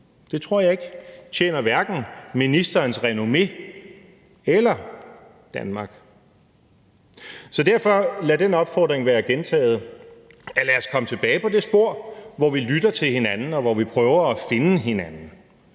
Det tror jeg hverken tjener ministerens renommé eller Danmark. Så derfor vil jeg gentage min opfordring: Lad os komme tilbage på det spor, hvor vi lytter til hinanden, og hvor vi prøver at finde hinanden.